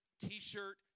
T-shirt